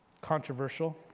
controversial